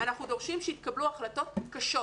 אנחנו דורשים שיתקבלו החלטות קשות.